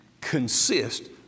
consist